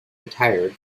retired